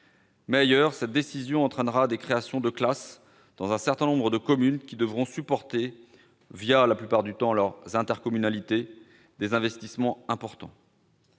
Mais cette décision entraînera aussi des créations de classes dans un certain nombre de communes, qui devront supporter, la plupart du temps leurs intercommunalités, des investissements importants.